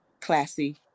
classy